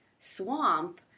swamp